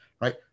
right